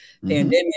pandemic